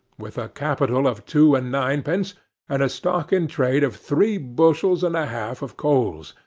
with a capital of two and ninepence, and a stock in trade of three bushels and a-half of coals,